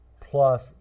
plus